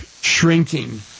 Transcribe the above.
shrinking